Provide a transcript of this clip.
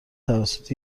توسط